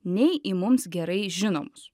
nei į mums gerai žinomus